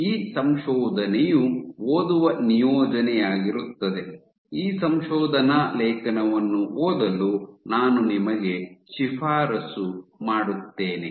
ಈ ಸಂಶೋಧನೆಯು ಓದುವ ನಿಯೋಜನೆಯಾಗಿರುತ್ತದೆ ಈ ಸಂಶೋಧನಾ ಲೇಖನವನ್ನು ಓದಲು ನಾನು ನಿಮಗೆ ಶಿಫಾರಸು ಮಾಡುತ್ತೇವೆ